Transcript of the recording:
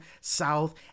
south